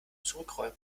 zurückrollen